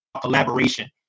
collaboration